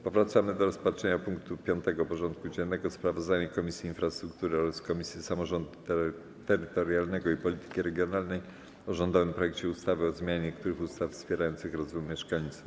Powracamy do rozpatrzenia punktu 5. porządku dziennego: Sprawozdanie Komisji Infrastruktury oraz Komisji Samorządu Terytorialnego i Polityki Regionalnej o rządowym projekcie ustawy o zmianie niektórych ustaw wspierających rozwój mieszkalnictwa.